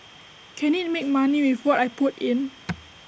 can IT make money with what I put in